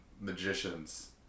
magicians